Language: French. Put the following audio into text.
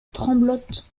tremblote